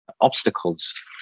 obstacles